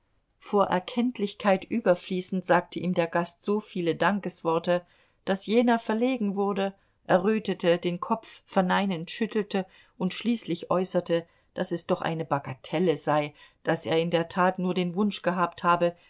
vor erkenntlichkeit überfließend sagte ihm der gast so viele dankesworte daß jener verlegen wurde errötete den kopf verneinend schüttelte und schließlich äußerte daß es doch eine bagatelle sei daß er in der tat nur den wunsch gehabt habe